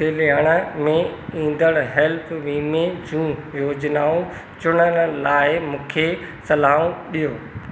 ॾियण में ईंदड़ हेल्थ वीमे जूं योजनाऊं चूंडण लाइ मूंखे सलाहूं ॾियो